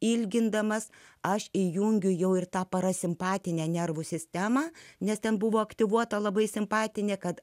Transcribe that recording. ilgindamas aš įjungiu jau ir tą parasimpatinę nervų sistemą nes ten buvo aktyvuota labai simpatinė kad